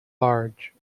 large